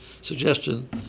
suggestion